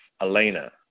Elena